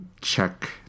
check